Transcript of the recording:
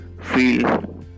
feel